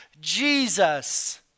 Jesus